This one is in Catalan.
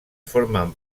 formen